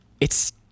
it's-